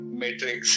matrix